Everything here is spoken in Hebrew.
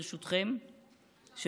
ברשותכם,